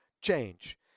change